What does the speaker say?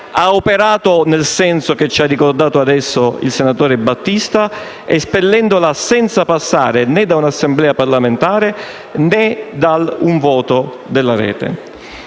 ha operato nel senso che ci ha ricordato adesso il senatore Battista. Il Movimento l'ha espulsa senza passare né da una Assemblea parlamentare né da un voto della rete.